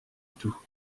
tout